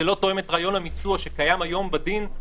זה לא תואם את רעיון המיצוע שקיים היום בדין.